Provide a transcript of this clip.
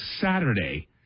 Saturday